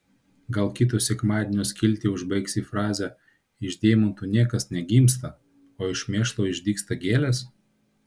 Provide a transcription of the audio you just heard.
gal kito sekmadienio skiltį užbaigsi fraze iš deimantų niekas negimsta o iš mėšlo išdygsta gėlės